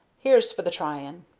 here's for the trying.